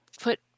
put